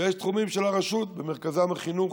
ויש תחומים של הרשות, ובמרכזם החינוך.